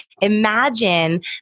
imagine